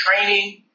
training